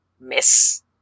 miss